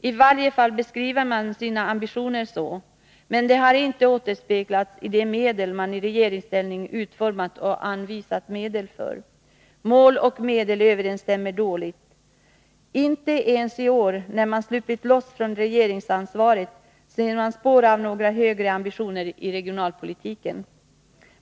I varje fall beskriver man sina ambitioner så. Men det har inte återspeglatsi de åtgärder man i regeringsställning utformat och anvisat medel för. Mål och medel överensstämmer dåligt. Inte ens i år, när centern sluppit loss från regeringsansvaret, ser man spår av några högre ambitioner i fråga om regionalpolitiken.